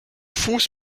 fuß